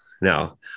no